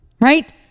right